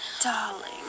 Darling